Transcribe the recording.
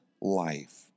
life